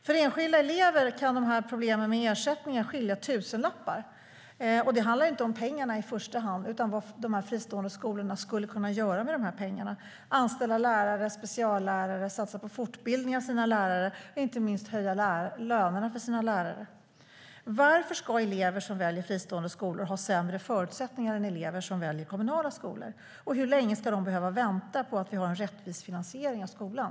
För enskilda elever kan problemen med ersättning handla om att det skiljer tusenlappar. Det handlar inte om pengarna i första hand utan om vad de fristående skolorna skulle kunna göra med pengarna. De skulle kunna anställa lärare och speciallärare, satsa på fortbildning av sina lärare och inte minst höja lönerna för sina lärare. Varför ska elever som väljer fristående skolor ha sämre förutsättningar än elever som väljer kommunala skolor? Hur länge ska de behöva vänta på att vi ska få en rättvis finansiering av skolan?